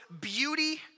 beauty